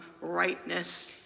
rightness